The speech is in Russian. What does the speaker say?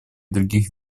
других